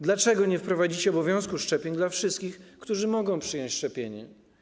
Dlaczego nie wprowadzicie obowiązku szczepień dla wszystkich, którzy mogą przyjąć szczepienie?